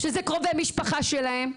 שזה קרובי משפחה שלהם.